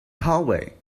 hallway